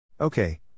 Okay